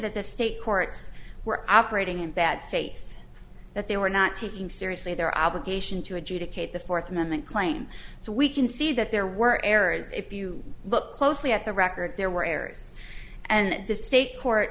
that the state courts were operating in bad faith that they were not taking seriously their obligation to adjudicate the fourth amendment claim so we can see that there were errors if you look closely at the record there were errors and the state court